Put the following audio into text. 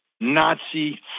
Nazi